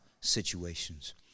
situations